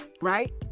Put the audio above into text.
right